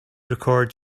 record